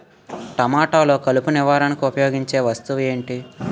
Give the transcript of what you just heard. టమాటాలో కలుపు నివారణకు ఉపయోగించే వస్తువు ఏంటి?